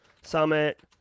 Summit